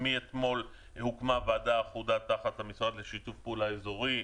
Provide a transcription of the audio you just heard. מאתמול הוקמה ועדה אחודה תחת המשרד לשיתוף פעולה אזורי.